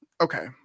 Okay